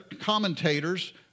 commentators